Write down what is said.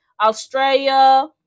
Australia